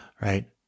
right